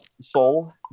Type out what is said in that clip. Soul